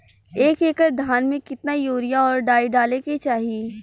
एक एकड़ धान में कितना यूरिया और डाई डाले के चाही?